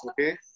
okay